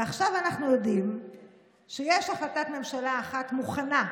ועכשיו אנחנו יודעים שיש החלטת ממשלה אחת מוכנה,